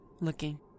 looking